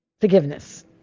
forgiveness